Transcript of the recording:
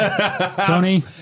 tony